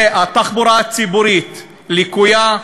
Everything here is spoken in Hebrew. התחבורה הציבורית לקויה,